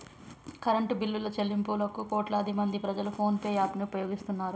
current బిల్లుల చెల్లింపులకు కోట్లాదిమంది ప్రజలు ఫోన్ పే యాప్ ను ఉపయోగిస్తున్నారు